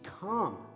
come